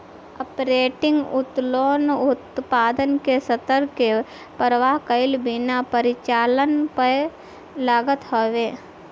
operating उत्तोलन उत्पादन के स्तर के परवाह कईला बिना परिचालन पअ लागत हवे